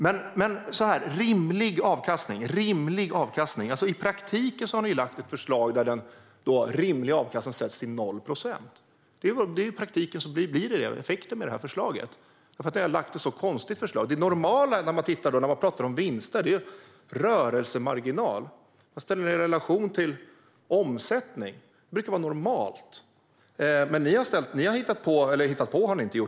När det gäller rimlig avkastning har ni i praktiken lagt fram ett förslag, Ardalan Shekarabi, där rimlig avkastning sätts till 0 procent. Den effekten får det här förslaget i praktiken, eftersom ni har lagt fram ett så konstigt förslag. När man pratar om vinster är det normala att prata om rörelsemarginal. Det normala brukar vara att ställa det i relation till omsättning.